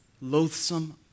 loathsome